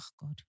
god